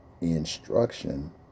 instruction